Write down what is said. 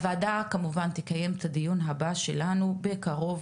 הוועדה כמובן תקיים את הדיון הבא שלנו בקרוב,